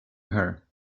her